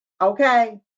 okay